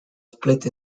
split